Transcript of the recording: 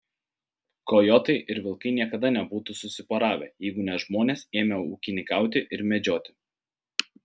kojotai ir vilkai niekada nebūtų susiporavę jeigu ne žmonės ėmę ūkininkauti ir medžioti